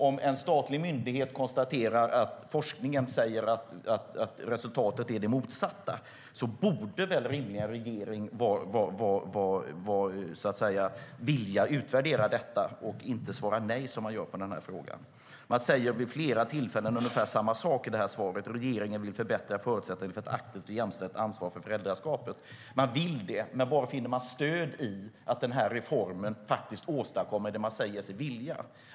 Om en statlig myndighet konstaterar att forskningen säger att resultatet är det motsatta borde väl rimligen regeringen vilja utvärdera detta och inte svara nej på frågan. Statsrådet sade vid flera tillfällen ungefär samma sak i sitt svar, nämligen att "regeringen vill förbättra förutsättningarna för ett aktivt och jämställt ansvar för föräldraskapet". Man vill det, men var finner man stöd för att reformen åstadkommer det man säger sig vilja?